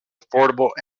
affordable